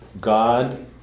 God